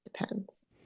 depends